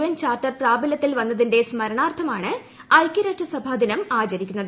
N charter പ്രാബല്യത്തിൽ വന്നതിന്റെ സ്മരണാർത്ഥമാണ് ഐക്യരാഷ്ട്ര സഭാ ദിനം ആചരിക്കുന്നത്